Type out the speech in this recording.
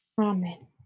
Amen